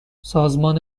سازمان